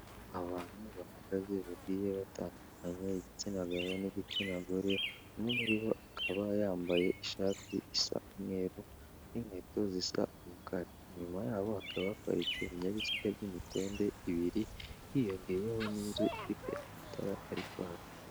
Abantu bahagaze bagiye batandukanye igitsina gabo n'igitsina gore, umwe muri bo akaba yambaye ishati isa umweru n'inkweto zisa umukara, inyuma yabo hakaba haparitse ibinyabiziga by'imitende ibiri, hiyongeyeho n'inzu ifite amatara ari kwaka.